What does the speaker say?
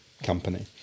company